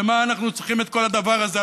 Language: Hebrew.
למה אנחנו צריכים את כל הדבר הזה?